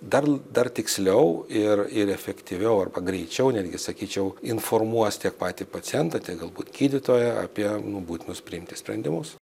dar dar tiksliau ir ir efektyviau arba greičiau netgi sakyčiau informuos tiek patį pacientą tiek galbūt gydytoją apie būtinus priimti sprendimus